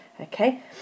Okay